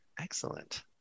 excellent